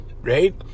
right